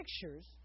pictures